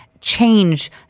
change